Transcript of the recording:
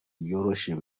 byoroshye